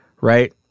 right